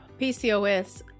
PCOS